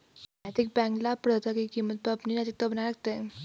नैतिक बैंक लाभप्रदता की कीमत पर अपनी नैतिकता बनाए रखते हैं